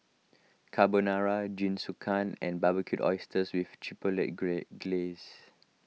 Carbonara Jingisukan and Barbecued Oysters with Chipotle gray Glaze